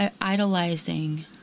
idolizing